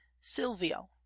silvio